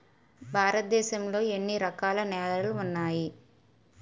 భారతదేశం లో ఎన్ని రకాల నేలలు ఉన్నాయి?